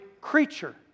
creature